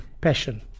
passion